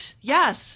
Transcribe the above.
Yes